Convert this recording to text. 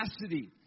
capacity